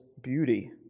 beauty